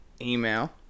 email